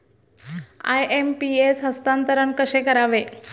IMPS हस्तांतरण कसे करावे?